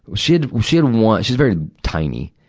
well, she had, she had one she's very tiny.